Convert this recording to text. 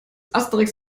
asterix